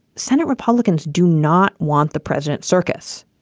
senate republicans do not want the president circus.